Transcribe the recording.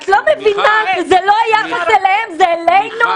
את לא מבינה שזה לא ירוץ אליהם, זה אלינו?